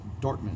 Dortmund